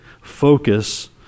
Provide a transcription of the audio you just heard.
Focus